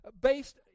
based